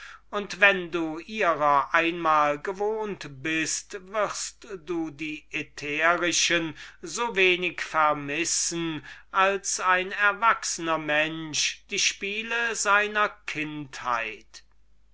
und wenn du sie einmal gewohnt bist wirst du die ätherischen so wenig vermissen als ein erwachsner die spiele seiner kindheit